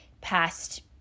past